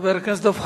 חבר הכנסת דב חנין.